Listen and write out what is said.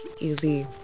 easy